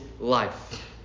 Life